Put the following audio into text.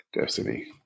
destiny